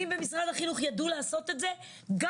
אם במשרד החינוך ידעו לעשות את זה גם